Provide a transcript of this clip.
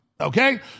okay